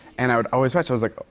and i would always watch i was like,